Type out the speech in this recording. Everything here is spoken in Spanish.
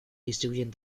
distribuyen